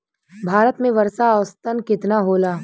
भारत में वर्षा औसतन केतना होला?